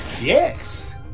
Yes